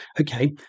okay